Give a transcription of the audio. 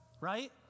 Right